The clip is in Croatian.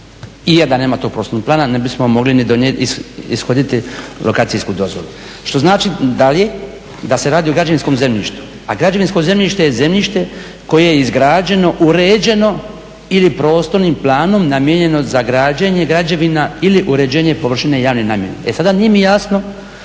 i da nema tog prostornog plana ne bismo mogli donijeti ishoditi lokacijsku dozvolu, što znači dalje da se radi o radi o građevinskom zemljištu. A građevinsko zemljište je zemljište koje je izgrađeno, uređeno ili prostornim planom namijenjeno za građene građevina ili uređenje površine javne namjene.